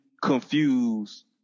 confused